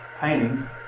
painting